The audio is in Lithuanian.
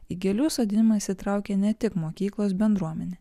į gėlių sodinimą įsitraukė ne tik mokyklos bendruomenė